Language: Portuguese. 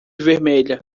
vermelha